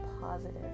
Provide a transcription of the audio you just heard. positive